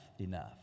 enough